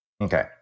Okay